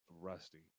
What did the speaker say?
Rusty